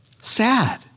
Sad